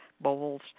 bowls